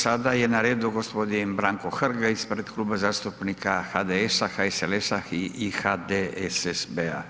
Sada je na redu gospodin Branko HRg ispred Kluba zastupnika HDS-a, HSLS-a i HDSSB-a.